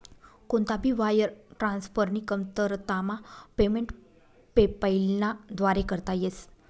कोणता भी वायर ट्रान्सफरनी कमतरतामा पेमेंट पेपैलना व्दारे करता येस